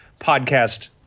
podcast